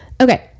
Okay